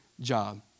job